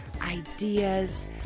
ideas